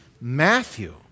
Matthew